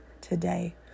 today